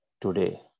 today